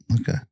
Okay